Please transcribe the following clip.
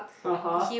(uh huh)